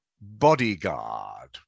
Bodyguard